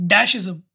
Dashism